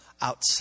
out